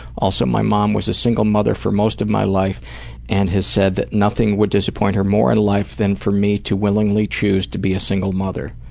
also, my mom was a single mother for most of my life and has said that nothing would disappoint her more in life than for me to willingly choose to be a single mother.